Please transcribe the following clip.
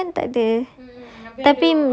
sebab chicken kan tak ada